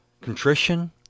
contrition